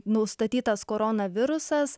nustatytas koronavirusas